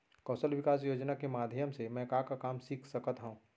कौशल विकास योजना के माधयम से मैं का का काम सीख सकत हव?